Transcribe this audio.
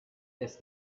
des